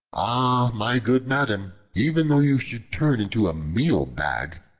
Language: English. ah, my good madam, even though you should turn into a meal-bag,